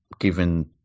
given